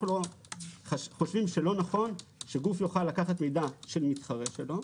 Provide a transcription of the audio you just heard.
אנו חושבים שלא נכון שגוף יוכל לקחת מידע של מתחרה שלו,